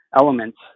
elements